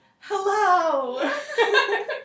Hello